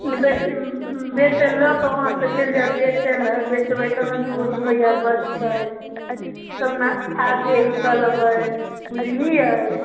बेचऽ बेचै लऽ कऽ हुआँसँ चलि जाएब बेचैलए बेचबै तब ने दुइगो रुपैआ बचतै तब ने आगे निकलबै बुझलिए